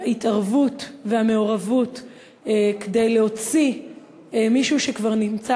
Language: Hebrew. ההתערבות והמעורבות כדי להוציא מישהו שכבר נמצא